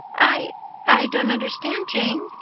i i don't understand, jane,